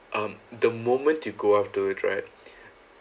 um the moment you go up to it right